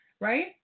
right